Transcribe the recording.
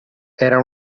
era